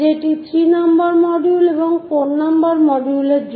যেটি 3 নম্বর মডিউল এবং 4 নম্বর মডিউলের জন্য